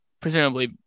presumably